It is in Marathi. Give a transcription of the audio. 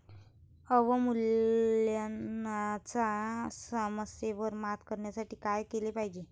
अवमूल्यनाच्या समस्येवर मात करण्यासाठी काय केले पाहिजे?